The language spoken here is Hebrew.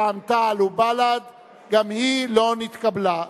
רע"ם-תע"ל ובל"ד גם היא לא נתקבלה.